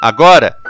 Agora